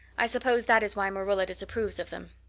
i suppose that is why marilla disapproves of them.